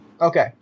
Okay